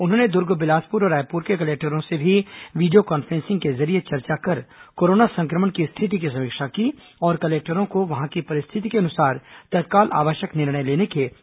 उन्होंने दुर्ग बिलासपुर और रायपुर के कलेक्टरों से भी वीडियो कॉन्फ्रेंसिंग के जरिए चर्चा कर कोरोना संक्रमण की स्थिति की समीक्षा की और कलेक्टरों को वहां की परिस्थिति के अनुरूप तत्काल आवश्यक निर्णय लेने के निर्देश दिए